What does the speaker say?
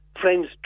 friends